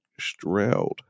Stroud